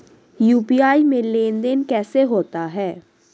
UPI में लेनदेन कैसे होता है?